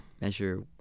measure